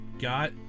got